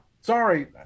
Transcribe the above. Sorry